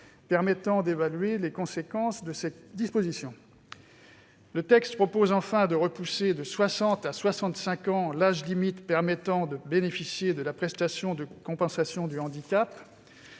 permettant d'évaluer les conséquences de ces dispositions. Le texte repousse enfin de 60 à 65 ans l'âge limite permettant de bénéficier de la prestation de compensation du handicap.